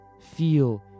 feel